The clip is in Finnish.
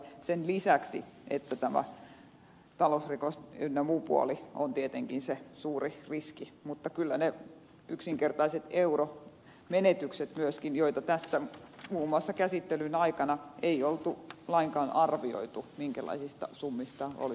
sen lisäksi että tämä talousrikos ynnä muu puoli on tietenkin suuri riski niin kyllä riski ovat myöskin ne yksinkertaiset euromenetykset joita tässä muun muassa käsittelyn aikana ei ollut lainkaan arvioitu minkälaisista summista olisi kyse